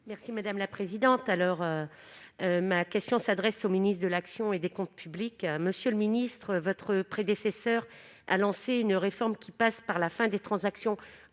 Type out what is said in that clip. Merci madame la présidente, à l'heure, ma question s'adresse au ministre de l'action et des Comptes publics, monsieur le ministre, votre prédécesseur a lancé une réforme qui passe par la fin des transactions